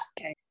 Okay